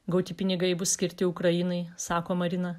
gauti pinigai bus skirti ukrainai sako marina